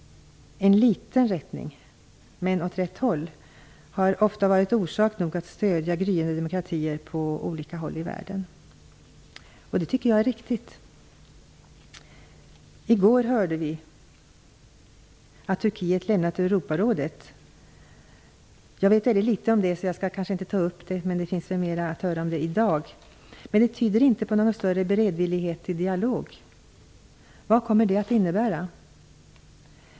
En liten rättning åt rätt håll har ofta varit orsak nog att stödja gryende demokratier på olika håll i världen. Det tycker jag är riktigt. I går hörde vi att Turkiet lämnat Europarådet. Jag vet väldigt litet om det så jag skall kanske inte ta upp det, men det finns väl mera att höra om det i dag. Men det tyder inte på någon större beredvillighet till dialog. Vad kommer det att innebära?